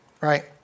right